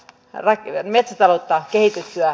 täällä kiviä metsätaloutta kehitettyä